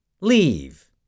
Leave